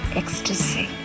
ecstasy